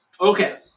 Okay